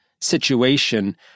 situation